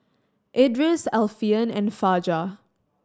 Idris Alfian and Fajar